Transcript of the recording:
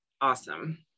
Awesome